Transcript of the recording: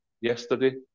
yesterday